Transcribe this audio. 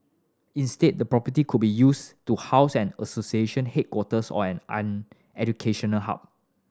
instead the property could be used to house an association headquarters or an educational hub